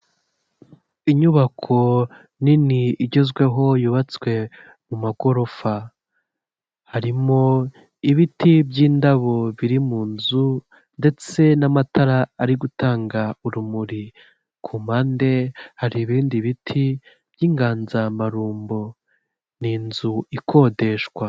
Inyubako nini igezweho yubatswe mu magorofa, harimo ibiti by'indabo biri mu nzu ndetse n'amatara ari gutanga urumuri, ku mpande hari ibindi biti by'inganzamarumbo ni inzu ikodeshwa.